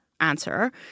answer